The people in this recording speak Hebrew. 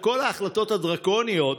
את כל ההחלטות הדרקוניות,